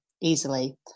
easily